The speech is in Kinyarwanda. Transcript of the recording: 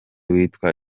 witwa